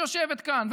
שיושבת כאן,